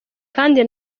kandi